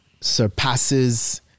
surpasses